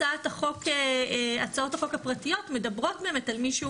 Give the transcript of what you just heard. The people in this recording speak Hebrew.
הצעות החוק הפרטיות מדברות באמת על מישהו